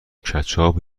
کچاپ